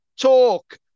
Talk